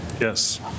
Yes